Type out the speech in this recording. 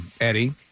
Eddie